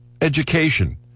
education